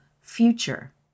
future